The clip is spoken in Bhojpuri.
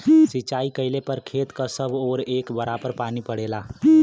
सिंचाई कइले पर खेत क सब ओर एक बराबर पानी पड़ेला